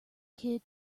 kid